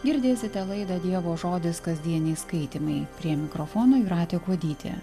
girdėsite laidą dievo žodis kasdieniai skaitymai prie mikrofono jūratė kuodytė